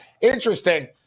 Interesting